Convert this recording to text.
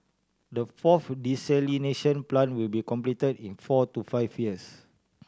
the fourth desalination plant will be complete in four to five years